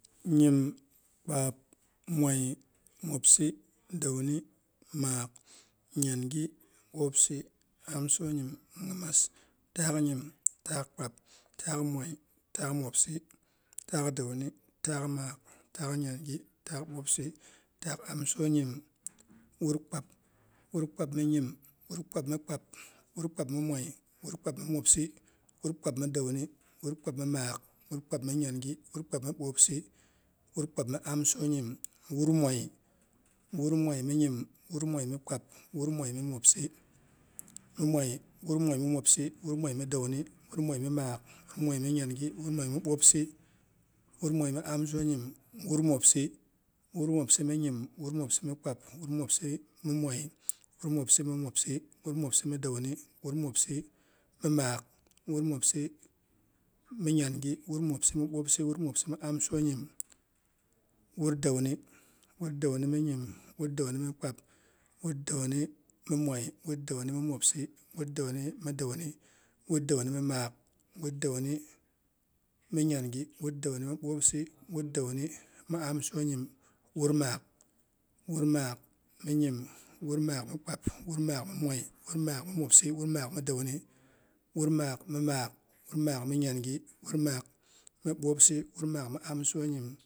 Nyim, kpap, mwai, mwopsi dauni, maak, nyangi bwoopsi amsonyim ny4immas. Taak nyim taak kpab, taak mwoi, taak mwobsi, taak dauni, taak maak, taak nyamgi, taak bwoopsi, taak amsonyim wur kpab. Wur kpap mi nyim wur kpab mikpap, wur kap mi mwoi, wur kap mi mwopsi, wur kap mi dauni, wur kap mi maak, wur kap mi nyangi, wur kap mi bwoopsi, wur kap mi amsonyim, wur mwoi. Wur mwoi mi nyim, wur mwoi mi kpap, wur mwoi mi mwoi, wur mwoi mi mwobsi, wur mwoi mi dauni, wur mwoi mi maak, wur mwoi mi nyangi, wur mwoi mi bwoopsi, wur mwoi mi amsonyim, wur mwobsi, wur mwobsi mi nyim, wur mwobsi mi mi kpap, wur mwobsi mi mwai, wur mwobsi mi mwobsi, wur mwobsi mi dauni, wur mwobsi mi maak, wur mwobsi mi nyangi, wur mwobsi mi bwoopsi, wur mwobsi mi amsonyim, wur dauni, wur dauni ni mi nyim, wur dauni mi kpap, wur dauni mi mwoi, wur dauni mi mwopsi, wur dauni mi mwopsi, wur dauni mi dauni, wur dauni mi maak, wur dauni mi nyangi wur dauni mi bwopsi, wur dauni mi amsonyim, wur maak, wur maak mi nyim, wur maak mi kpap, wur maak mi mwoi, wur maak mi mwobsi, wur maak mi dauni, wur maak mi maak, wur maak mi nyangi, wur maak mi bwopsi, wur maak mi amsonyim